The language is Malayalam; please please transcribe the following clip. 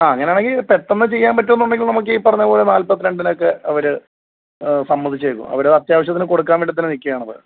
ആ അങ്ങനാണെങ്കിൽ പെട്ടെന്ന് ചെയ്യാന് പറ്റുമെന്ന് ഉണ്ടെങ്കിൽ നമുക്ക് ഈ പറഞ്ഞത് പോലെ നാല്പത്തിരണ്ടിനൊക്കെ അവര് സമ്മതിച്ചേക്കും അവര് അത്യവശ്യത്തിനു കൊടുക്കാന് വേണ്ടി തന്നെ നിൽക്കുവാണ്